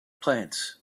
plants